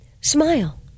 smile